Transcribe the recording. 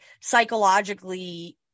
psychologically